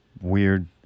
weird